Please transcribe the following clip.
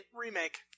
remake